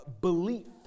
belief